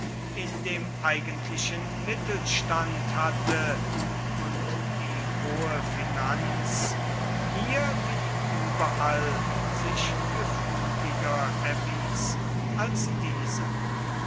in dem eigentlichen mittelstand hatte und die hohe finanz hier wie überall sich gefügiger erwies als dieser